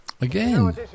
Again